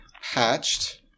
hatched